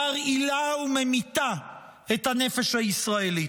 מרעילה וממיתה את הנפש הישראלית.